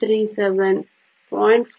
37 0